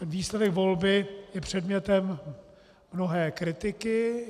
Výsledek volby je předmětem mnohé kritiky.